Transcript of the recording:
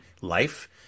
life